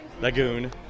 Lagoon